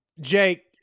Jake